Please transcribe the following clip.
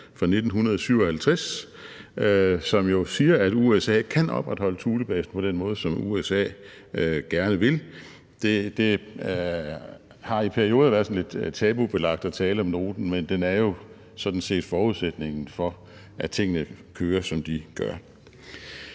fra 1957, som jo siger, at USA kan opretholde Thulebasen på den måde, som USA gerne vil. Det har i perioder været sådan lidt tabubelagt at tale om noten, men den er jo sådan set forudsætningen for, at tingene kører, som de gør.